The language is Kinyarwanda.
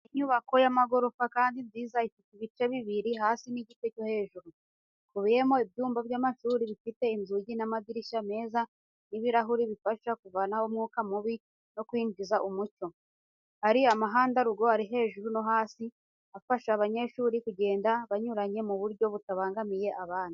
Ni inyubako y'amagorofa kandi nziza ifite ibice bibiri hasi n'igice cyo hejuru. Ikubiyemo ibyumba by’amashuri, bifite inzugi n’amadirishya meza n’ibirahuri, bifasha kuvanaho umwuka mubi no kwinjiza umucyo. Hari amahandarugo ari hejuru no hasi, afasha abanyeshuri kugenda banyuranye mu buryo butabangamiye abandi.